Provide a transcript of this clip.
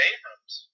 Abrams